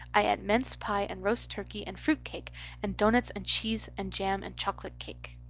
i et mince pie and rost turkey and frut cake and donuts and cheese and jam and choklut cake.